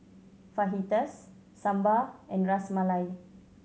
Fajitas Sambar and Ras Malai